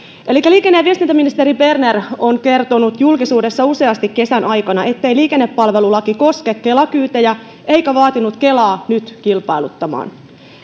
liikenne ja viestintäministeri berner on kertonut julkisuudessa useasti kesän aikana ettei liikennepalvelulaki koske kela kyytejä eikä vaatinut kelaa nyt kilpailuttamaan